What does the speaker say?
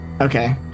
Okay